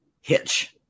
Hitch